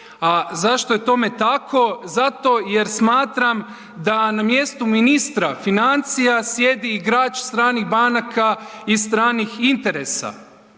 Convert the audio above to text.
zašto je tome tako? Zato jer smatram da na mjestu ministru financija sjedi igrač stranih banaka i stranih interesa.